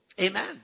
Amen